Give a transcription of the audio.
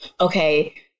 okay